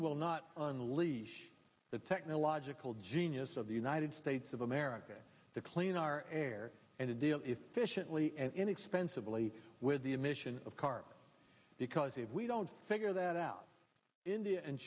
will not on the leash the technological genius of the united states of america to clean our air and a deal efficiently and inexpensively with the emission of cars because if we don't figure that out india and